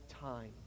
time